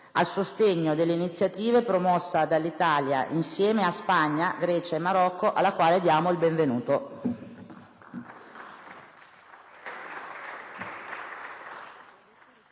a sostegno dell'iniziativa promossa dall'Italia insieme a Spagna, Grecia e Marocco. Al Ministro diamo il nostro benvenuto.